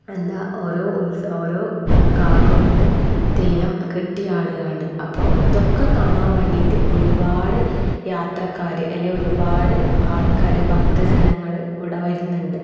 എന്താ ഓരോ ഉത്സവ ഓരോ കാവുകളിൽ തെയ്യം കെട്ടി ആടുകാണ് അപ്പോൾ ഇതൊക്കെ കാണാൻ വേണ്ടിട്ട് ഒരുപാട് യാത്രക്കാർ അല്ലേ ഒരുപാട് ആൾക്കാർ ഭക്ത ജനങ്ങൾ ഇവിടെ വരുന്നുണ്ട്